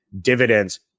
dividends